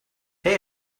hey